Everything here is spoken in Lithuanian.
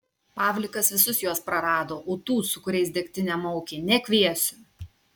pavlikas visus juos prarado o tų su kuriais degtinę maukė nekviesiu